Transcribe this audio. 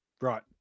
Right